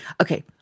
Okay